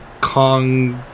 Kong